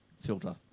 filter